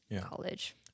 college